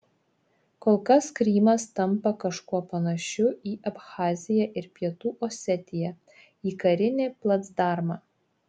kol kas krymas tampa kažkuo panašiu į abchaziją ir pietų osetiją į karinį placdarmą